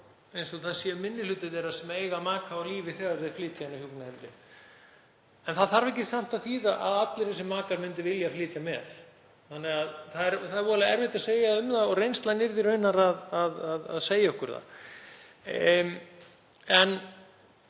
eins og það sé minni hluti þeirra sem eiga maka á lífi þegar þeir flytja inn á hjúkrunarheimili. Það þarf samt ekki að þýða að allir þessir makar myndu vilja flytja með þannig að það er voðalega erfitt að segja um það og reynslan yrði að segja okkur það. En